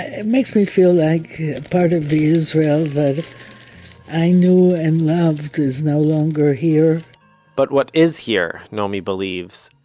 it makes me feel like part of the israel that i knew and loved is no longer here but what is here, naomi believes,